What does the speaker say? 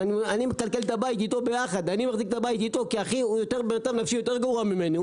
אני מכלכל איתו יחד את הבית כי אחי במצב נפשי יותר גרוע ממני.